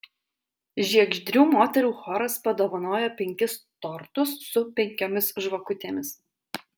žiegždrių moterų choras padovanojo penkis tortus su penkiomis žvakutėmis